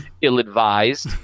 ill-advised